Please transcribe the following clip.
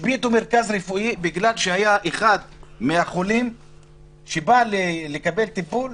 השביתו מרכז רפואי בגלל שאחד מהחולים שבא לקבל טיפול